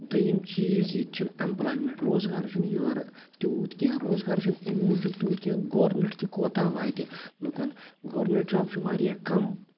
دٔیِم چیٖز ییٚتہِ چھِنہٕ اٮ۪مپٕلایمٮ۪نٛٹ روزگارَہ چھِنہٕ یورٕ تیوٗت کیٚںٛہہ روزگارَہ چھِنہٕ اَمہِ موٗجوٗب تیوٗت کیٚںٛہہ گورمٮ۪نٛٹ تہِ کوتاہ واتہِ لُکَن گورمٮ۪نٛٹ جاب چھُ واریاہ کَم